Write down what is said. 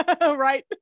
right